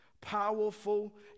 powerful